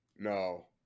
No